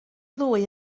ddwy